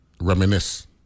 reminisce